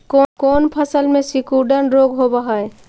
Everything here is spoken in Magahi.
कोन फ़सल में सिकुड़न रोग होब है?